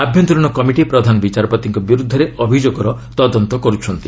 ଆଭ୍ୟନ୍ତରିଣ committee ପ୍ରଧାନ ବିଚାରପତିଙ୍କ ବିରୁଦ୍ଧରେ ଅଭିଯୋଗର ତଦନ୍ତ କରୁଛନ୍ତି